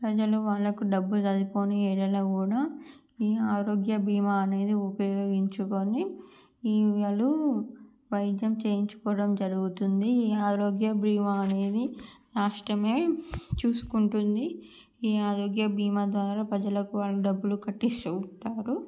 ప్రజలు వాళ్ళకు డబ్బులు సరిపోనీ ఎడల కూడా ఈ ఆరోగ్య బీమా అనేది ఉపయోగించుకోని వీళ్ళు వైద్యం చేయించుకోవడం జరుగుతుంది ఈ ఆరోగ్య భీమా అనేది రాష్ట్రమే చూసుకుంటుంది ఈ ఆరోగ్య బీమా ద్వారా ప్రజలకు ఆ డబ్బులు కట్టి చూస్తారు